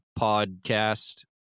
podcast